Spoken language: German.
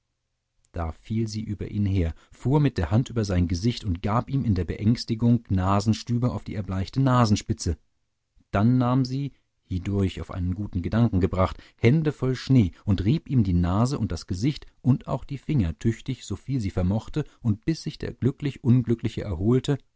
da fiel sie über ihn her fuhr mit der hand über sein gesicht und gab ihm in der beängstigung nasenstüber auf die erbleichte nasenspitze dann nahm sie hierdurch auf einen guten gedanken gebracht hände voll schnee und rieb ihm die nase und das gesicht und auch die finger tüchtig soviel sie vermochte und bis sich der glücklich unglückliche erholte